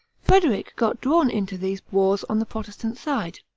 frederic got drawn into these wars on the protestant side.